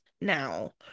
now